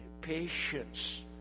patience